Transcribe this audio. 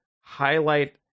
highlight